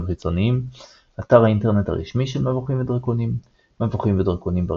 חיצוניים אתר האינטרנט הרשמי של מבוכים ודרקונים מבוכים ודרקונים,